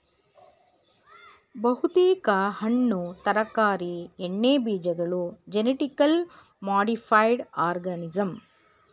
ಬಹುತೇಕ ಹಣ್ಣು ತರಕಾರಿ ಎಣ್ಣೆಬೀಜಗಳು ಜೆನಿಟಿಕಲಿ ಮಾಡಿಫೈಡ್ ಆರ್ಗನಿಸಂ